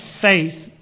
faith